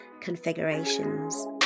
configurations